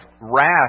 wrath